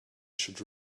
should